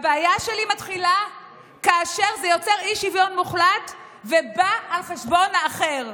הבעיה שלי מתחילה כאשר זה יוצר אי-שוויון מוחלט ובא על חשבון האחר.